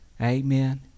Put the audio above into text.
Amen